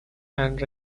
and